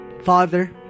Father